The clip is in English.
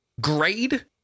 grade